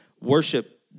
Worship